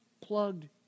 plugged